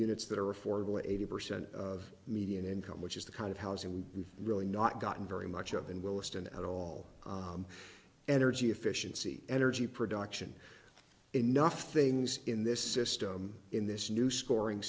units that are affordable eighty percent of median income which is the kind of housing we'd really not gotten very much of in williston at all energy efficiency energy production enough things in this system in this new scoring